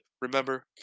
Remember